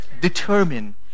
Determine